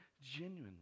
genuinely